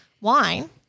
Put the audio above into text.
wine